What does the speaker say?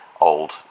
old